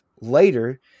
Later